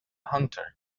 hunter